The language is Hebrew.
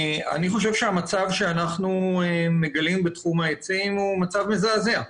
אני חושב שהמצב שאנחנו מגלים בתחום העצים הוא מצב מזעזע.